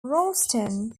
rolleston